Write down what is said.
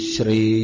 Shri